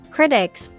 Critics